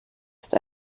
ist